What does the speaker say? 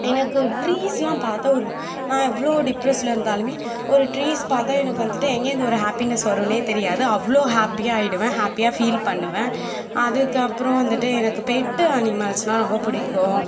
எனக்கு ட்ரீஸ்லாம் பார்த்தா ஒரு நான் இவ்வளோ டிப்ரஸ்ல இருந்தாலுமே ஒரு ட்ரீஸ் பார்த்தா எனக்கு வந்துட்டு எங்கே இருந்து ஒரு ஹாப்பினஸ் வரும்னே தெரியாது அவ்வளோ ஹாப்பியாக ஆகிடுவேன் ஹாப்பியாக ஃபீல் பண்ணுவேன் அதுக்கப்புறம் வந்துட்டு எனக்கு பெட் அனிமெல்ஸ்னால் ரொம்ப பிடிக்கும்